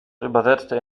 übersetzte